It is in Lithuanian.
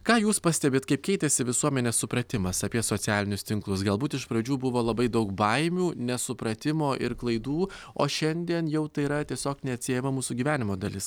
ką jūs pastebit kaip keitėsi visuomenės supratimas apie socialinius tinklus galbūt iš pradžių buvo labai daug baimių nesupratimo ir klaidų o šiandien jau tai yra tiesiog neatsiejama mūsų gyvenimo dalis